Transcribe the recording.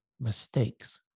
mistakes